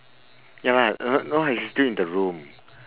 ya lah uh no lah he's still in the room